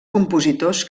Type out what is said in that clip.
compositors